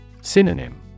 Synonym